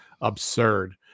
absurd